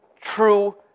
true